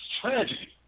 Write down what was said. tragedy